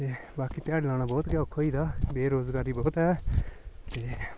ते बाकी ध्याड़ी लाना बोह्त गै औक्खा होई गेदा बेरोज़गारी बोह्त ऐ ते